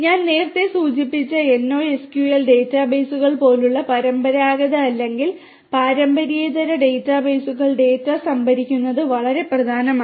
ഞാൻ നേരത്തെ സൂചിപ്പിച്ച NoSQL ഡാറ്റാബേസുകൾ പോലുള്ള പരമ്പരാഗത അല്ലെങ്കിൽ പാരമ്പര്യേതര ഡാറ്റാബേസുകളിൽ ഡാറ്റ സംഭരിക്കുന്നത് വളരെ പ്രധാനമാണ്